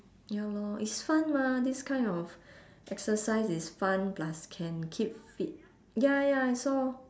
ya lor it's fun mah this kind of exercise is fun plus can keep fit ya ya I saw